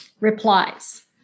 replies